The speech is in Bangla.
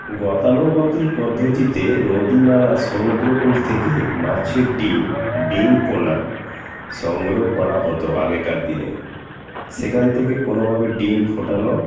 গতানুগতিক পদ্ধতিতে নদী নালা সমুদ্রকূল থেকে মাছের ডিম ডিম পোনা সংগ্রহ করা হতো আগেকার দিনে সেখান থেকে কোনোভাবে ডিম ফোটানো